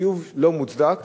חיוב לא מוצדק,